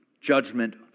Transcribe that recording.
judgment